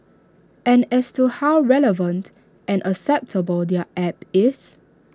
and as to how relevant and acceptable their app is